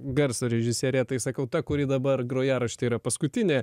garso režisiere tai sakau ta kuri dabar grojarašty yra paskutinė